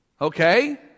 Okay